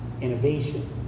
innovation